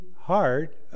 heart